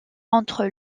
entre